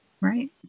Right